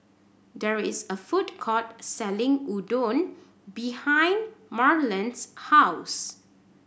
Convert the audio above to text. there is a food court selling Udon behind Marland's house